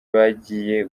bagiye